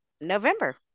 November